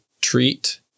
treat